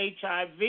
HIV